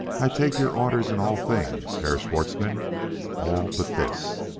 i take your orders in all things, herr schwartzmann all but this.